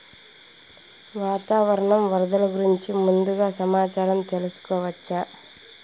వాతావరణం వరదలు గురించి ముందుగా సమాచారం తెలుసుకోవచ్చా?